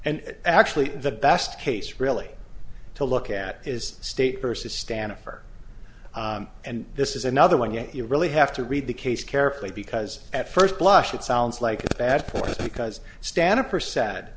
and actually the best case really to look at is state versus stand for and this is another one yet you really have to read the case carefully because at first blush it sounds like a bad point because stand up or sad